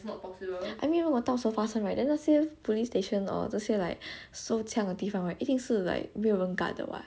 I mean 如果到时候发现 right then 那些 police station or 这些 like 收枪的地方 right 一定是没有人 guard 的 [what]